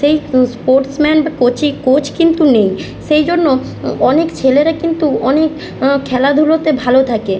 সেই sportsman বা coaching coach কিন্তু নেই সেই জন্য অনেক ছেলেরা কিন্তু অনেক খেলাধুলোতে ভালো থাকে